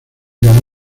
ganó